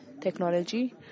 Technology